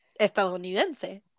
estadounidense